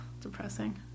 depressing